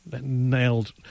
nailed